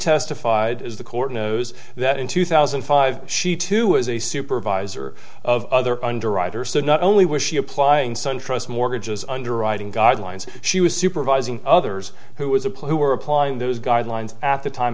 testified as the court knows that in two thousand and five she too was a supervisor of other underwriters so not only was she applying suntrust mortgages underwriting guidelines she was supervising others who was apply who were applying those guidelines at the time